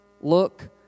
Look